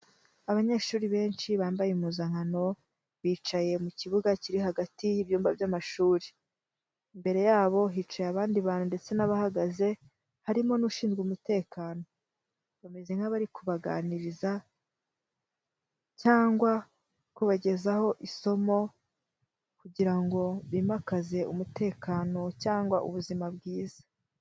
Abanyeshuri benshi bambaye impuzankano bicaye mu kibuga kiri hagati y'ibyumba by'amashuri, imbere yabo hicaye abandi bantu ndetse n'abahagaze, harimo n'ushinzwe umutekano, bameze nk'abari kubaganiriza cyangwa kubagezaho isomo kugira ngo bimakaze umutekano cyangwa ubuzima bwiza.